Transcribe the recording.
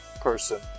person